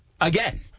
again